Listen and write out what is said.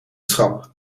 schap